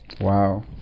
Wow